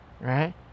right